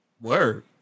Word